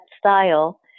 style